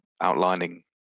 outlining